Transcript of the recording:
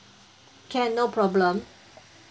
can no problem